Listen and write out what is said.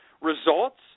results